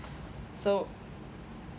so